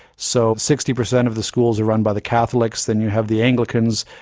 so sixty percent of the schools are run by the catholics, then you have the anglicans,